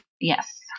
Yes